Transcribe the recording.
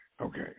Okay